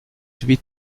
huit